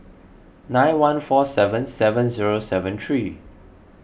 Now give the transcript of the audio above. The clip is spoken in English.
nine one four seven seven zero seven three